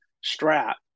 strap